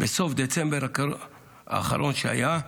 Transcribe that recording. בסוף דצמבר האחרון שהיה,